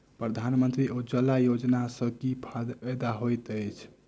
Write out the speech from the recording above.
प्रधानमंत्री उज्जवला योजना सँ की फायदा होइत अछि?